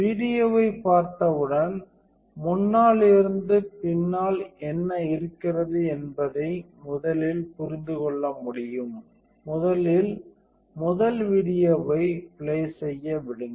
வீடியோவைப் பார்த்தவுடன் முன்னால் இருந்து பின்னால் என்ன இருக்கிறது என்பதை முதலில் புரிந்துகொள்ள முடியும் முதலில் முதல் வீடியோவை ப்ளே செய்ய விடுங்கள்